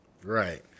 Right